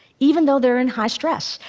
even though they're in high stress.